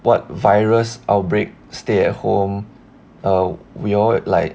what virus outbreak stay at home err we all like